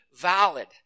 valid